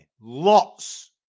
Lots